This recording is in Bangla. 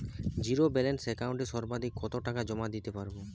জীরো ব্যালান্স একাউন্টে সর্বাধিক কত টাকা জমা দিতে পারব?